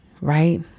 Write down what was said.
Right